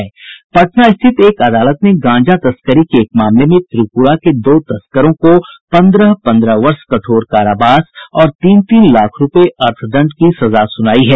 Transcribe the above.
पटना स्थित एक अदालत ने गांजा तस्करी के एक मामले में त्रिपुरा के दो तस्करों को पन्द्रह पन्द्रह वर्ष कठोर कारावास और तीन तीन लाख रूपये अर्थदण्ड की सजा सुनाई है